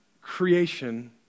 creation